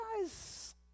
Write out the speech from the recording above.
guy's